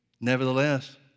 Nevertheless